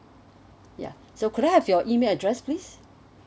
ya so could I have your email address please